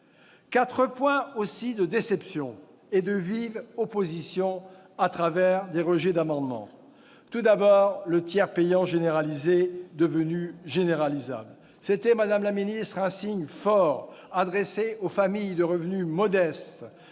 quatre motifs de déception et de vive opposition à travers des rejets d'amendements. Tout d'abord, le tiers payant généralisé, devenu généralisable. C'était, madame la ministre, un signe fort adressé aux familles ayant des revenus modestes,